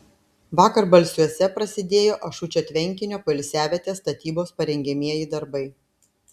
vakar balsiuose prasidėjo ašučio tvenkinio poilsiavietės statybos parengiamieji darbai